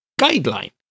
guideline